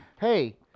Hey